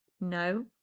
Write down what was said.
No